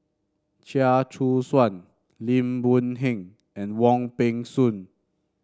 Chia Choo Suan Lim Boon Heng and Wong Peng Soon